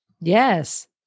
Yes